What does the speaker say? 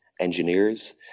engineers